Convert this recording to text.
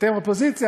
אתם אופוזיציה,